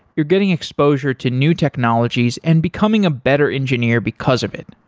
you're getting exposure to new technologies and becoming a better engineer because of it.